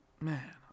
man